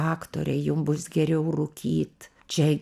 aktore jum bus geriau rūkyt čia